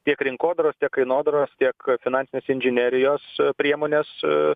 tiek rinkodaros tiek kainodaros tiek finansinės inžinerijos priemonės